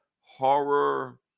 horror